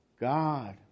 God